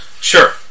Sure